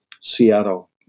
Seattle